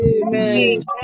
Amen